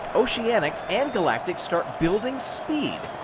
oceanics and galactic start building speed.